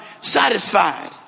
satisfied